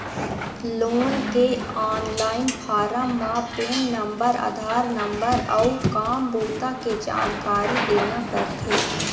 loan के online form म PAN number, Aadhaar number अउ काम बूता के जानकारी देना परथे